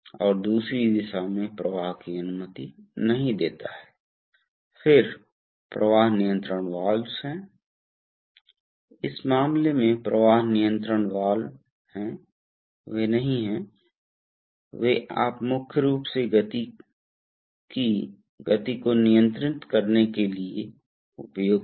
यहाँ आप ऐसा नहीं करने जा रहे हैं यहाँ आप स्पूल की निरंतर गति करने जा रहे हैं और इसलिए ये सभी खुलने वाले हैं जो विभिन्न एक्सटेंशन्स के लिए खुलने जा रहे हैं और वहाँ आपके द्वारा प्रवाह या दबाव को नियंत्रित करने जा रहे हैं इसलिए आप आधार हैं इसलिए मूल रूप से संरचना समान है यह स्पूल स्ट्रोक के लिए प्रवाह या दबाव आनुपातिक बनाता है इसलिए ऐसा होता है कि प्रवाह या दबाव स्पूल की गति के लिए आनुपातिक होगा